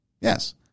Yes